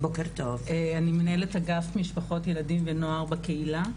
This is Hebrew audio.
אני מנהלת אגף משפחות ילדים ונוער בקהילה,